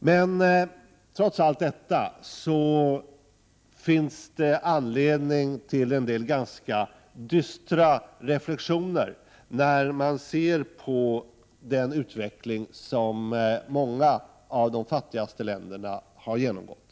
Men trots allt detta finns det anledning till en del ganska dystra reflexioner när vi ser på den utveckling som många av de fattigaste länderna har genomgått.